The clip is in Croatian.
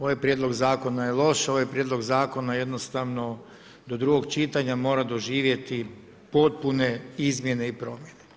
Ovaj prijedlog zakona je loš, ovaj prijedlog zakona, jednostavno, do drugog čitanja, mora doživjeti potpune izmjene i promjene.